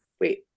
Wait